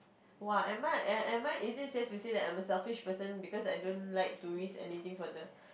!wah! am I am I is it safe to say that I'm a selfish person because I don't like to risk anything for the